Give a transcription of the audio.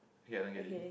okay I don't get it